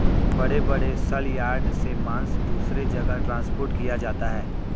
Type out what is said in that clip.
बड़े बड़े सलयार्ड से मांस दूसरे जगह ट्रांसपोर्ट किया जाता है